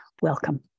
Welcome